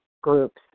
groups